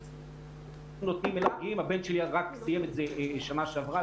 - הבן שלי סיים את זה בשנה שעברה,